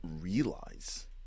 realize